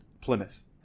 Plymouth